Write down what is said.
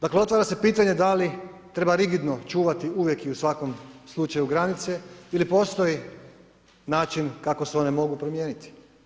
Dakle, otvara se pitanje da li treba rigidno čuvati uvijek i u svakom slučaju granice ili postoji način kako se one mogu promijeniti.